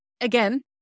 again